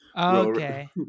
Okay